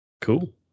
cool